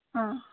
ಹಾಂ